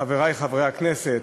תודה רבה לך, חברי חברי הכנסת,